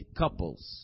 couples